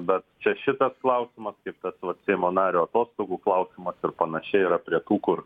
bet čia šitas klausimas kaip tas vat seimo nario atostogų klausimas ir panašiai yra prie tų kur